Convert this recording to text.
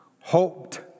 hoped